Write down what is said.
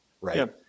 right